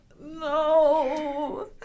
No